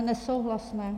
Nesouhlasné.